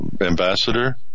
ambassador